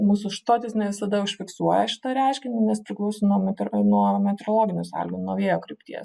mūsų štotys ne visada užfiksuoja šitą reiškinį nes priklauso nuo meter metrologinių sąlygų nuo vėjo krypties